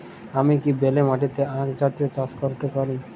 আমি কি বেলে মাটিতে আক জাতীয় চাষ করতে পারি?